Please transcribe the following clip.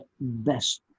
best